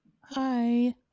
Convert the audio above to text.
Hi